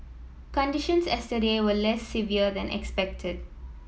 conditions yesterday were less severe than expected